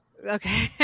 okay